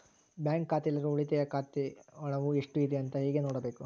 Bank ಖಾತೆಯಲ್ಲಿರುವ ಉಳಿತಾಯ ಹಣವು ಎಷ್ಟುಇದೆ ಅಂತ ಹೇಗೆ ನೋಡಬೇಕು?